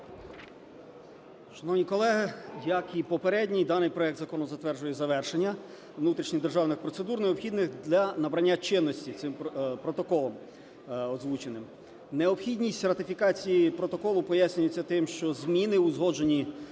Шановні колеги, як і попередній, даний проект закону затверджує завершення внутрішніх державних процедур, необхідних для набрання чинності цим протоколом озвученим. Необхідність ратифікації протоколу пояснюється тим, що зміни, узгоджені